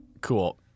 Cool